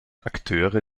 akteure